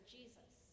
Jesus